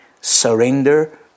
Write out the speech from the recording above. surrender